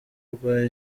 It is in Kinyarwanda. rwa